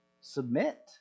Submit